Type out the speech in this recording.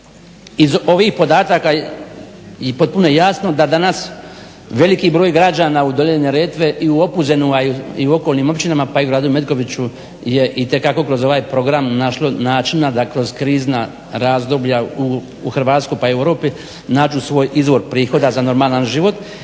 iz ovih podataka je potpuno jasno da danas veliki broj građana u dolini Neretve a i u Opuzenu a i okolnim općinama pa i gradu Metkoviću je itekako kroz ovaj program našlo načina da kroz krizna razdoblja u Hrvatskoj pa i u Europi nađu svoj izvor prihoda za normalan život